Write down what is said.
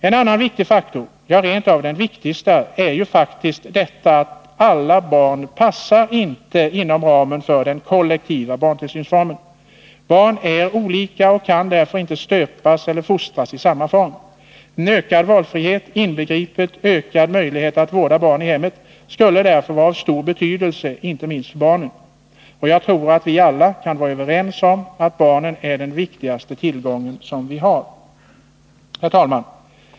En annan viktig faktor, ja, rent av den viktigaste, är att inte alla barn passar inom ramen för den kollektiva barntillsynsformen. Barn är olika och kan därför inte stöpas i samma form eller fostras på samma sätt. En ökad valfrihet, inbegripet ökade möjligheter att vårda barn i hemmet, skulle därför vara av stor betydelse inte minst för barnen. Jag tror att vi alla kan vara överens om att barnen är den viktigaste tillgång vi har.